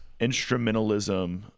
instrumentalism